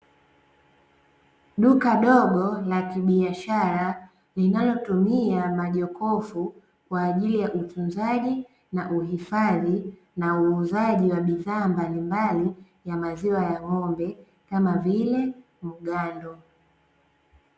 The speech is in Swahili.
Duka dogo la kibiashara linalotumia majokofu kwa ajili ya utunzaji na uhifadhi na uuzaji wa bidhaa mbalimbali ya maziwa ya ng'ombe kama vile mgando.